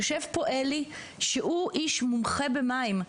יושב פה אלי, שהוא מומחה במים.